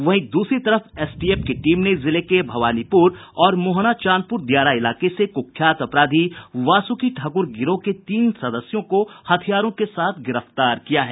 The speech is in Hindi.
वहीं दूसरी तरफ एसटीएफ की टीम ने जिले के भवानीपुर और मोहनाचांदपुर दियारा इलाके से कुख्यात अपराधी वासुकी ठाकुर गिरोह के तीन सदस्यों को हथियार के साथ गिरफ्तार किया है